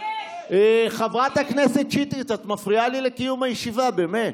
חבר הכנסת אקוניס, אתה מפריע לי לישיבה עצמה.